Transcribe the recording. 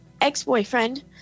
ex-boyfriend